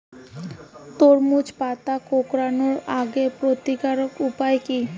তরমুজের পাতা কোঁকড়ানো রোগের প্রতিকারের উপায় কী?